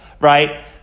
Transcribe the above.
right